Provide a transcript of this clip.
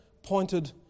pointed